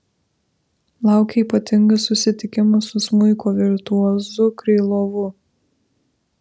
laukia ypatingas susitikimas su smuiko virtuozu krylovu